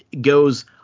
goes